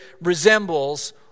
resembles